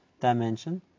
dimension